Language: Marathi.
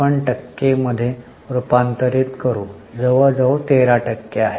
आपण टक्के मध्ये रूपांतरित होऊ जवळजवळ 13 टक्के आहे